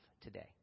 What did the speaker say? today